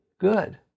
good